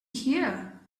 here